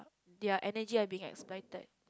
their energy has being excited